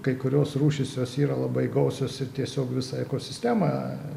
kai kurios rūšys jos yra labai gausios ir tiesiog visa ekosistema